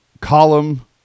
column